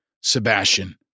Sebastian